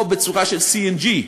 או בצורה של גז טבעי CNG,